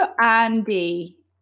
Andy